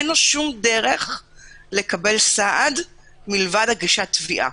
אין לו שום דרך לקבל סעד מלבד הגשת תביעה,